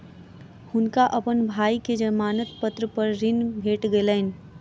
हुनका अपन भाई के जमानत पत्र पर ऋण भेट गेलैन